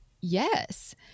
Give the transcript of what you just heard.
Yes